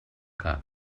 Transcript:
cap